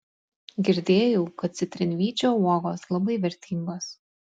girdėjau kad citrinvyčio uogos labai vertingos